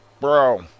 Bro